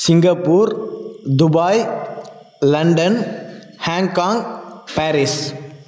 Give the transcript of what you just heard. Singapore Dubai London Hong Kong Paris